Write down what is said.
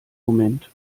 moment